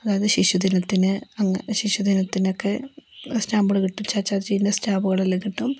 അതായത് ശിശുദിനത്തിന് ശിശുദിനത്തിനൊക്കെ സ്റ്റാമ്പുകൾ കിട്ടും ചാച്ചാജീന്റെ സ്റ്റാമ്പുകളെല്ലാം കിട്ടും